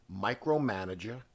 Micromanager